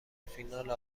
فینال